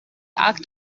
akt